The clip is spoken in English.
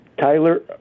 Tyler